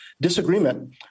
disagreement